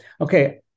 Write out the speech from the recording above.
okay